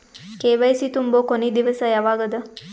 KYC ತುಂಬೊ ಕೊನಿ ದಿವಸ ಯಾವಗದ?